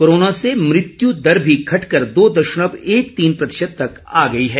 corona से मृत्यु दर भी घटकर दो दशमलव एक तीन प्रतिशत तक आ गई है